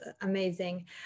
amazing